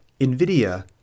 NVIDIA